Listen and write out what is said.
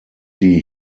die